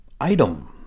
Item